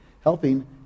helping